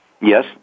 Yes